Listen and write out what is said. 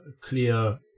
clear